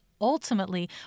ultimately